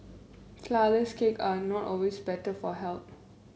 flourless cake are not always better for health